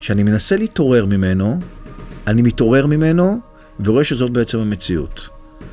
כשאני מנסה להתעורר ממנו, אני מתעורר ממנו ורואה שזאת בעצם המציאות.